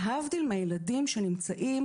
זאת להבדיל מהילדים שנמצאים